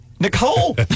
Nicole